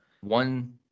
one